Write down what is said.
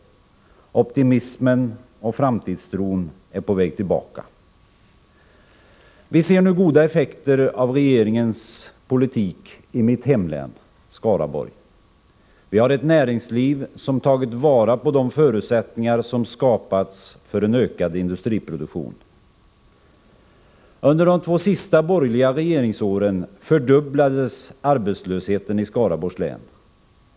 Optimismen och framtidstron är på väg tillbaka. Vi ser nu goda effekter av regeringens politik i mitt hemlän, Skaraborg. Vi har ett näringsliv som tagit vara på de förutsättningar som skapats för en ökad industriproduktion. Under de två sista borgerliga regeringsåren fördubblades arbetslösheten i Skaraborgs län.